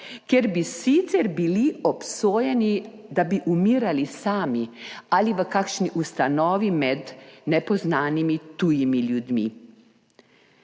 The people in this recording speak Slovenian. ker bi sicer bili obsojeni, da bi umirali sami ali v kakšni ustanovi med nepoznanimi tujimi ljudmi.